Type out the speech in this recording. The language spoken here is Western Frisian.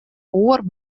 oar